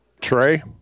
Trey